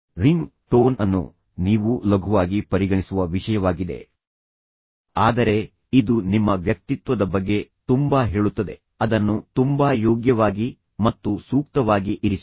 ring tone ಅನ್ನು ನೀವು ಲಘುವಾಗಿ ಪರಿಗಣಿಸುವ ವಿಷಯವಾಗಿದೆ ಆದರೆ ಇದು ನಿಮ್ಮ ವ್ಯಕ್ತಿತ್ವದ ಬಗ್ಗೆ ತುಂಬಾ ಹೇಳುತ್ತದೆ ಅದನ್ನು ತುಂಬಾ ಯೋಗ್ಯವಾಗಿ ಮತ್ತು ಸೂಕ್ತವಾಗಿ ಇರಿಸಿ